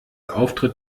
auftritt